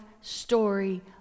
story